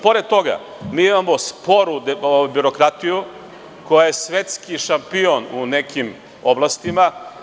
Pored toga, mi imamo sporu birokratiju koja je svetski šampion u nekim oblastima.